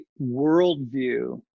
worldview